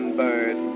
bird